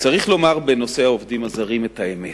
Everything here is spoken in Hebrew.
צריך לומר בנושא העובדים הזרים את האמת: